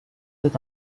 with